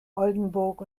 oldenburg